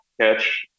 catch